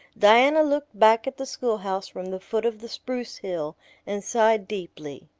diana looked back at the schoolhouse from the foot of the spruce hill and sighed deeply.